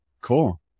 Cool